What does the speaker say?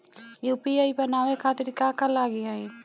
UPI बनावे खातिर का का लगाई?